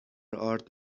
آرد